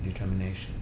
determination